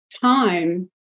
time